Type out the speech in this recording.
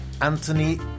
Anthony